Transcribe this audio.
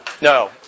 no